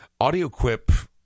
Audioquip